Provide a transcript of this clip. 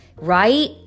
Right